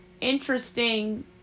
Interesting